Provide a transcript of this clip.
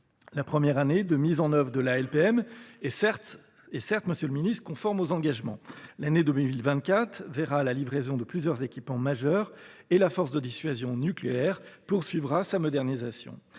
la première année de mise en œuvre de la LPM est certes conforme aux engagements ; 2024 verra la livraison de plusieurs équipements majeurs et la force de dissuasion nucléaire poursuivra sa modernisation.